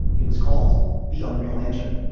it was called the unreal engine.